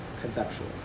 conceptual